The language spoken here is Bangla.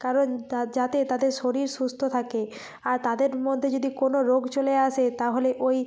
কারণ তা যাতে তাদের শরীর সুস্থ থাকে আর তাদের মধ্যে যদি কোনো রোগ চলে আসে তাহলে ওই